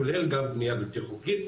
כולל גם בנייה בלתי חוקית,